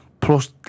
Plus